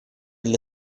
для